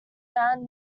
found